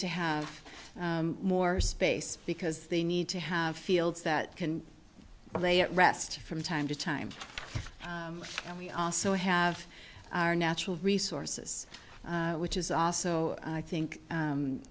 to have more space because they need to have fields that can lay at rest from time to time and we also have our natural resources which is also i think